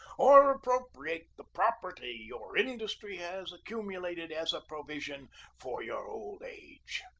or appropriate the property your industry has accumu lated as a provision for your old age.